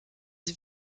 sie